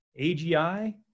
AGI